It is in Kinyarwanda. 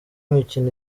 mikino